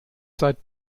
seit